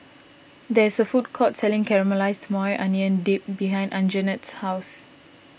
there is a food court selling Caramelized Maui Onion Dip behind Anjanette's house